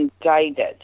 indicted